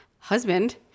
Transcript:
husband